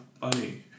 funny